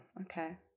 okay